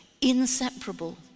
inseparable